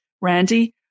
Randy